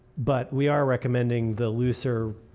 but we are recommending the looser